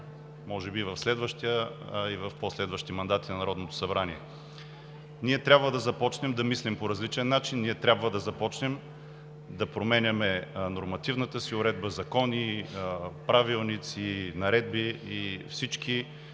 може би в следващия, а и в пό следващи мандати на Народното събрание. Ние трябва да започнем да мислим по различен начин, трябва да започнем да променяме нормативната си уредба – закони, правилници, наредби, всички